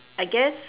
I guess